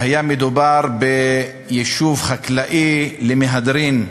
הוא היה יישוב חקלאי למהדרין,